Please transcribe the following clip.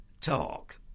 talk